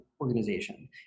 organization